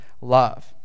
love